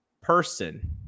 person